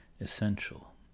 essential